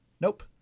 Nope